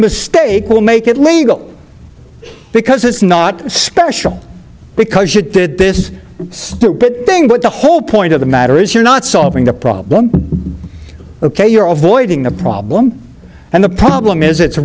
mistake will make it legal because it's not special because you did this stupid thing but the whole point of the matter is you're not solving the problem ok you're of voiding the problem and the problem is it's